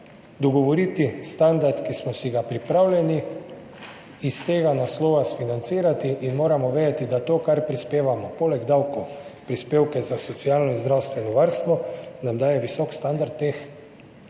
dogovoriti standard, ki smo si ga pripravljeni iz tega naslova financirati in moramo vedeti, da to, kar prispevamo poleg davkov, prispevke za socialno in zdravstveno varstvo, nam daje visok standard teh